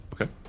Okay